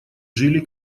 жили